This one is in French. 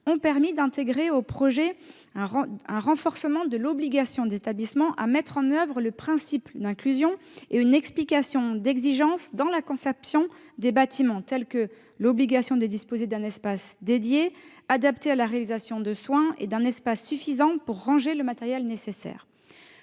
ont permis d'intégrer au projet le principe d'un renforcement de l'obligation des établissements à mettre en oeuvre le principe d'inclusion, ainsi que l'explicitation d'exigences dans la conception des bâtiments, telle que l'obligation de disposer d'un espace adapté à la réalisation de soins et d'un espace suffisant pour ranger le matériel nécessaire.